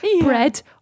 bread